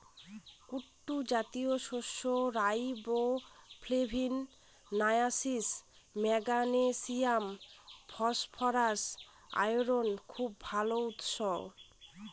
কুট্টু জাতীয় শস্য riboflavin, niacin, magnesium, phosphorus, আয়রনের খুব ভাল উৎস